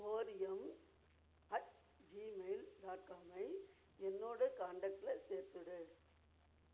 ஓரியம் at Gmail dot காம்மை என்னோடய காண்டாக்ட்டில் சேர்த்துவிடு